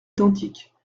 identiques